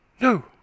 No